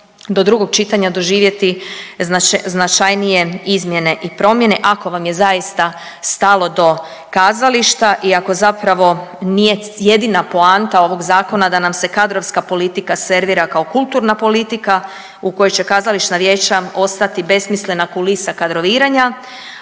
do drugog čitanja doživjeti značajnije izmjene i promjene ako vam je zaista stalo do kazališta i ako zapravo nije jedina poanta ovog zakona da nam se kadrovska politika servira kao kulturna politika u kojoj će kazališna vijeća ostati besmislena kulisa kadroviranja,